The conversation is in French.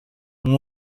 long